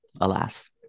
alas